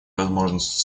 возможности